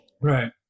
Right